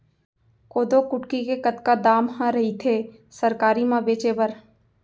कोदो कुटकी के कतका दाम ह रइथे सरकारी म बेचे बर?